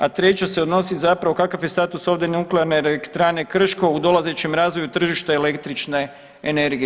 A treće se odnosi zapravo, kakav je status ovdje Nuklearne elektrane Krško u dolazećem razvoju tržišta električne energije?